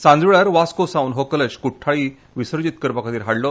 सांजेवेळार वास्को सावन हो कलश कुठ्ठाळी विसर्जित करपा खातीर हाडलो